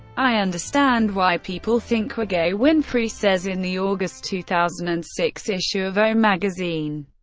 i understand why people think we're gay, winfrey says in the august two thousand and six issue of o magazine.